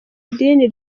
idini